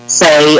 say